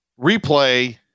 replay